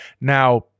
Now